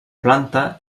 planta